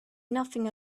nothing